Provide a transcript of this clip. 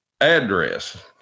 address